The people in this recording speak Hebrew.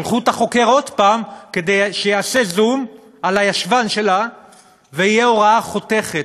שלחו את החוקר עוד פעם כדי שיעשה זום על הישבן שלה ותהיה ראיה חותכת.